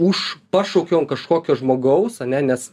už pašaukiau ant kažkokio žmogaus ane nes